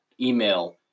email